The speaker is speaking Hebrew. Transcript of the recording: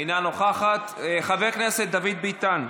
אינה נוכחת, חבר הכנסת דוד ביטן,